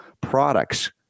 products